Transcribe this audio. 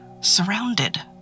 surrounded